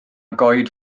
goed